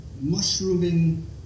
mushrooming